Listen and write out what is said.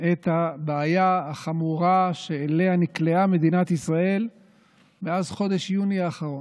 את הבעיה החמורה שאליה נקלעה מדינת ישראל מאז חודש יוני האחרון.